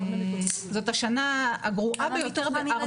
זאת השנה הגרועה ביותר --- כמה מתוכם ילדים?